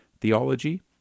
theology